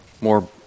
More